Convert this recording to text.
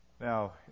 Now